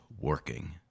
working